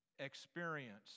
experience